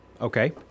Okay